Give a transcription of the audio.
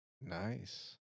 Nice